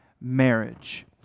marriage